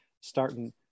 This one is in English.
starting